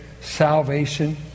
salvation